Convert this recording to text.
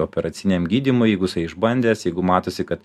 operaciniam gydymui jeigu jisai išbandęs jeigu matosi kad